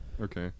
Okay